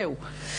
זהו.